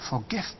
forgive